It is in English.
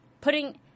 Putting